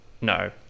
No